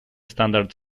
standard